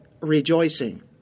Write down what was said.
rejoicing